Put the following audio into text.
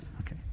Okay